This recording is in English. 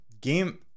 game